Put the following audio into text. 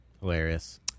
Hilarious